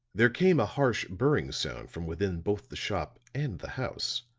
there came a harsh burring sound from within both the shop and the house.